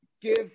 give